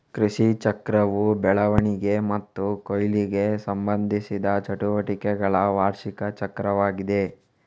ಕೃಷಿಚಕ್ರವು ಬೆಳವಣಿಗೆ ಮತ್ತು ಕೊಯ್ಲಿಗೆ ಸಂಬಂಧಿಸಿದ ಚಟುವಟಿಕೆಗಳ ವಾರ್ಷಿಕ ಚಕ್ರವಾಗಿದೆ